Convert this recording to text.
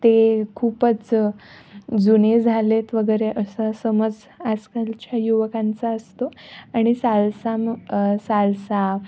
ते खूपच जुने झाले आहेत वगैरे असा समज आजकालच्या युवकांचा असतो आणि साल्साम साल्सा